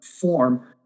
form